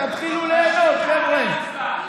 תתחילו ליהנות, חבר'ה.